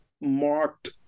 marked